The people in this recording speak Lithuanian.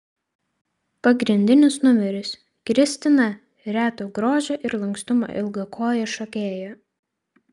pagrindinis numeris kristina reto grožio ir lankstumo ilgakojė šokėja